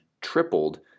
tripled